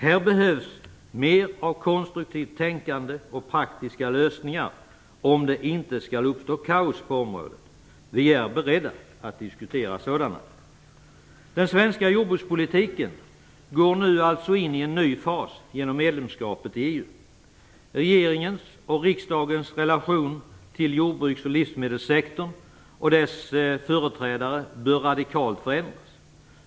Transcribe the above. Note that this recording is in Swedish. Här behövs mer av konstruktivt tänkande och praktiska lösningar, om det inte skall uppstå kaos på området. Vi är beredda att diskutera sådana. Den svenska jordbrukspolitiken går nu alltså in i en ny fas genom medlemskapet i EU. Regeringens och riksdagens relation till jordbruks och livsmedelssektorn och dess företrädare bör radikalt förändras.